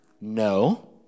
No